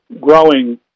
growing